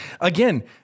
again